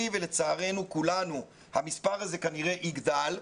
ולצערנו כולנו המספר הזה כנראה יגדל,